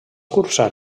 cursar